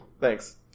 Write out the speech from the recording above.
Thanks